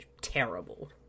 terrible